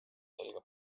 selga